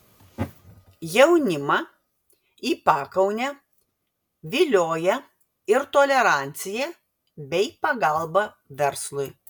jaunimą į pakaunę vilioja ir tolerancija bei pagalba verslui